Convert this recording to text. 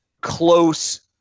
close